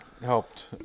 helped